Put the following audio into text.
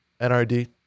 Nrd